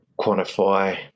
quantify